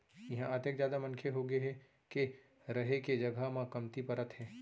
इहां अतेक जादा मनखे होगे हे के रहें के जघा ह कमती परत हे